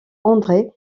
andré